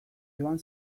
iban